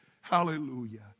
Hallelujah